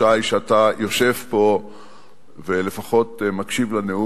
שעה שאתה יושב פה ולפחות מקשיב לנאום,